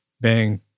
bang